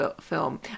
film